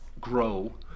grow